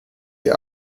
ihr